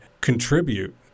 contribute